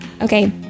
Okay